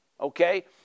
Okay